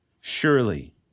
Surely